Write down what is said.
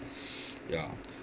ya